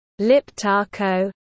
Liptako